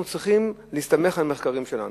אנחנו צריכים להסתמך על מחקרים שלנו.